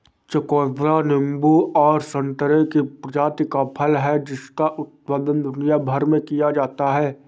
चकोतरा नींबू और संतरे की प्रजाति का फल है जिसका उत्पादन दुनिया भर में किया जाता है